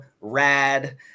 rad